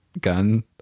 gun